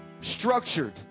structured